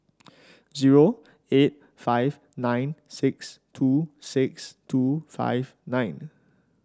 zero eight five nine six two six two five nine